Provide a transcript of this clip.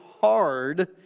hard